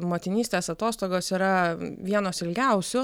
motinystės atostogos yra vienos ilgiausių